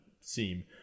seem